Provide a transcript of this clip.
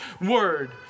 word